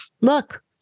look